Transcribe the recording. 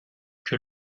que